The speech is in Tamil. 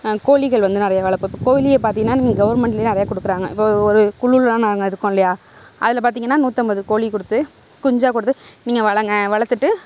கோழிகள் வந்து நிறையா வளர்ப்போம் இப்போ கோழியை பார்த்தீங்கனா நீங்கள் கவர்ன்மெண்டிலயே நிறையா கொடுக்குறாங்க ஒரு குழுவிலலாம் நாங்கள் இருக்கோம் இல்லையா அதில் பார்த்திங்கனா நூற்றம்பது கோழி கொடுத்து குஞ்சாக கொடுத்து நீங்கள் வளங்க வளர்த்துட்டு